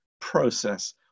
process